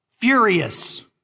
Furious